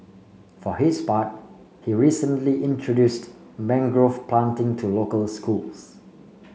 for his part he recently introduced mangrove planting to local schools